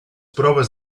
proves